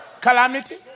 calamity